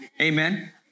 Amen